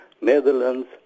Netherlands